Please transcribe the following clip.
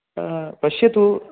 हा पश्यतु